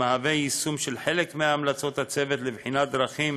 המהווה יישום של חלק מהמלצות הצוות לבחינת דרכים